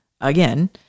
again